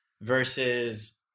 versus